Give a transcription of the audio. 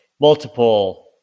multiple